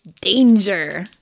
Danger